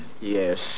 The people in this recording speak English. yes